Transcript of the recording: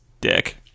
dick